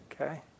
Okay